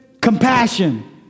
compassion